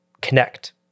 connect